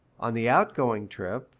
on the out-going trip,